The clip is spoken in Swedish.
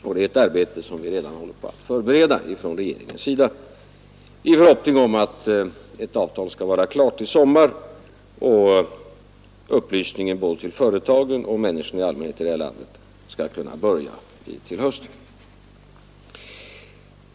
Från regerigens sida håller vi redan på att förbereda det arbetet, i förhoppningen att ett avtal skall vara klart i sommar. Då skall upplysningen både till företagen och till allmänheten här i landet kunna starta i höst.